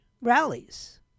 rallies